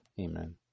Amen